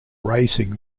racing